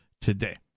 today